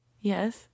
Yes